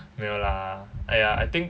没有 lah !aiya! I think